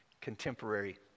Contemporary